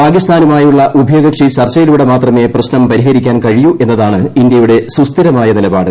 പാകിസ്ഥാനുമായുള്ള ഉഭയകക്ഷി ചർച്ചയിലൂടെ മാത്രമേ പ്രശ്നം പരിഹരിക്കാൻ കഴിയൂ എന്നതാണ് ഇന്ത്യയുടെ സുസ്ഥിരമായ നിലപാട്